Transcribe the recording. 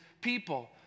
people